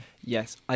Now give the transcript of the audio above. Yes